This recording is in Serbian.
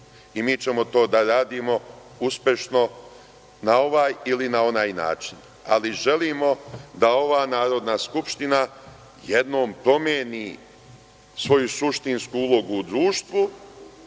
Mi ćemo to i da radimo uspešno, na ovaj ili na onaj način, ali želimo da ova Narodna skupština jednom promeni svoju suštinsku ulogu u društvu,